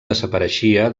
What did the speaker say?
desapareixia